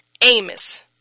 Amos